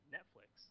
Netflix